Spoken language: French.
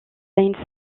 une